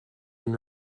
and